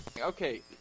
okay